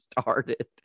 started